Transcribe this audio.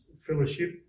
Fellowship